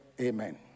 amen